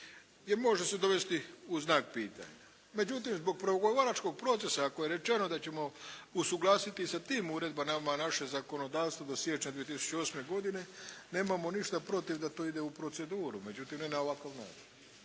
i može se dovesti u znak pitanja. Međutim zbog pregovaračkog procesa ako je rečeno da ćemo usuglasiti sa tim uredbama nama naše zakonodavstvo do siječnja 2008. godine, nemamo ništa protiv da to ide u proceduru. Međutim ne na ovakav način.